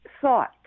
thought